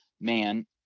man